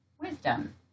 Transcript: wisdom